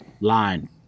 line